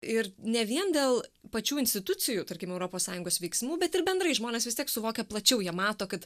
ir ne vien dėl pačių institucijų tarkim europos sąjungos veiksmų bet ir bendrai žmonės vis tiek suvokia plačiau jie mato kad